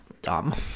dumb